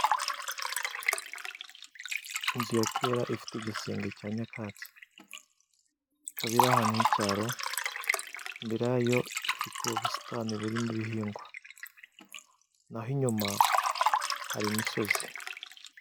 Inzu ya kera ifite igisenge cya nyakatsi, ikaba iri ahantu h'icyaro, imbere yayo ifite ubusitani burimo ibihingwa naho inyuma hari imisozi.